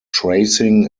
tracing